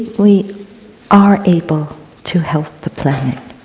we are able to help the planet.